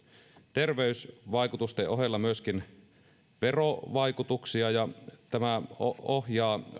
terveysvaikutusten ohella myöskin verovaikutuksia ja tämä ohjaa